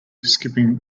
skipping